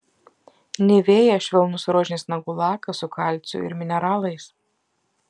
nivea švelnus rožinis nagų lakas su kalciu ir mineralais